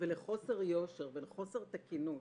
לחוסר יושר ולחוסר תקינות.